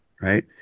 right